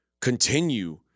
continue